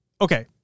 okay